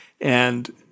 And-